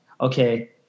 okay